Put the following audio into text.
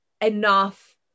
enough